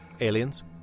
Aliens